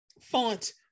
font